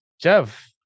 Jeff